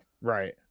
Right